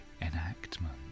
enactment